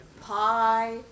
Pie